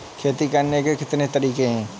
खेती करने के कितने तरीके हैं?